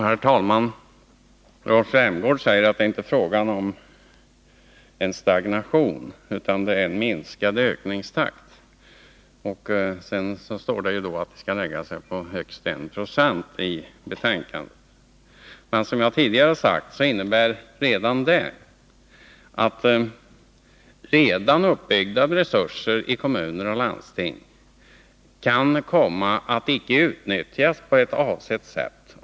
Herr talman! Rolf Rämgård säger att det inte är fråga om en stagnation utan om en minskad ökningstakt. Och volymökningen skall enligt betänkan 31 det vara högst 1 96. Som jag tidigare har sagt kan det innebära att redan uppbyggda resurser i kommuner och landsting inte kan utnyttjas på avsett sätt.